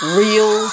real